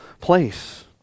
place